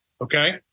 okay